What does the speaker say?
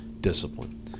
discipline